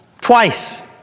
twice